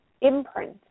imprint